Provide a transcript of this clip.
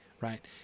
Right